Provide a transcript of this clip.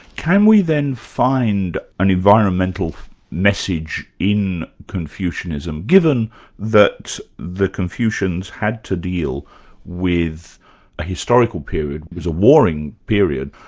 can we then find an environmental message in confucianism? given that the confucians had to deal with a historical period, it was a warring period,